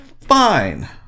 fine